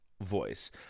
voice